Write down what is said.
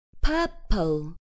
Purple